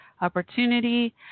opportunity